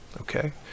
okay